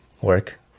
work